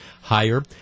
higher